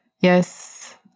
yes